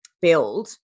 build